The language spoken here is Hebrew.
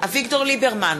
אביגדור ליברמן,